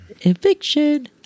Eviction